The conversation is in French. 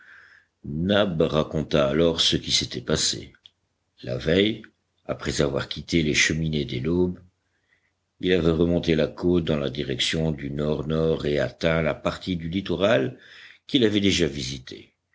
raconta alors ce qui s'était passé la veille après avoir quitté les cheminées dès l'aube il avait remonté la côte dans la direction du nord nord et atteint la partie du littoral qu'il avait déjà visitée